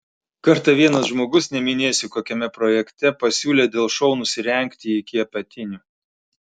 kartą vienas žmogus neminėsiu kokiame projekte pasiūlė dėl šou nusirengti iki apatinių